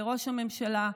לראש הממשלה: